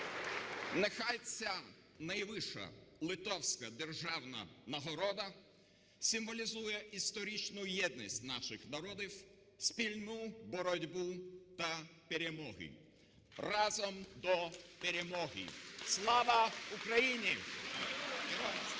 Нехай ця найвища литовська державна нагорода символізує історичну єдність наших народів, спільну боротьбу до перемоги. Разом до перемоги! Слава Україні!